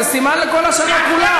זה סימן לכל השנה כולה.